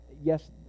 yes